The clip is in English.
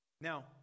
Now